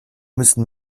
müssen